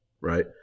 Right